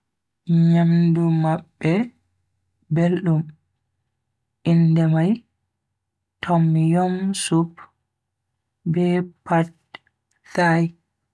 Nyamdu mabbe beldum, inde nyamdu mai tom youm soup, be pad thai.